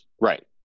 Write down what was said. Right